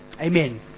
Amen